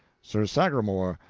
sir sagramore,